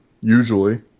usually